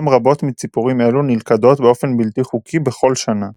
שם רבות מציפורים אלו נלכדות באופן בלתי חוקי בכל שנה.